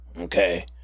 okay